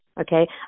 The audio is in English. Okay